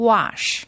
Wash